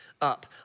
up